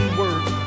work